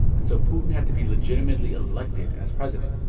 and so putin had to be legitimately elected as president.